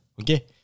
Okay